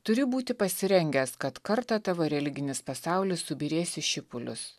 turi būti pasirengęs kad kartą tavo religinis pasaulis subyrės į šipulius